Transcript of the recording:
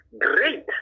great